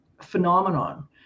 phenomenon